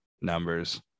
numbers